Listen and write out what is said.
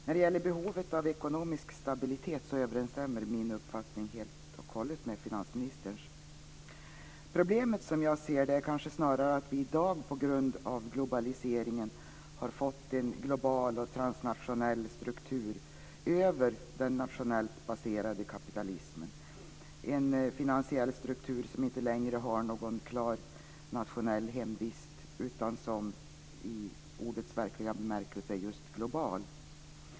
När det gäller behovet av ekonomisk stabilitet överensstämmer min uppfattning helt och hållet med finansministerns. Problemet som jag ser det är kanske snarare att vi i dag på grund av globaliseringen har fått en global och transnationell struktur över den nationellt baserade kapitalismen, en finansiell struktur som inte längre har någon klar nationell hemvist utan som i ordets verkliga bemärkelse är just global.